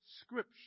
scripture